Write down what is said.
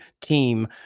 team